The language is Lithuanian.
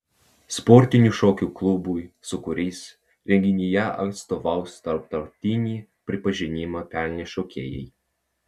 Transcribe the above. sportinių šokių klubui sūkurys renginyje atstovaus tarptautinį pripažinimą pelnę šokėjai